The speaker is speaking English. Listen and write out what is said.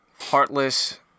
Heartless